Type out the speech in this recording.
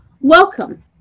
Welcome